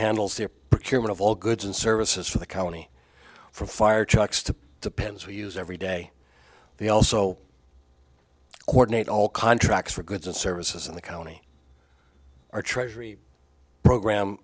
handles the cumin of all goods and services from the county for fire trucks to the pens we use every day they also coordinate all contracts for goods and services in the county our treasury program